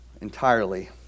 entirely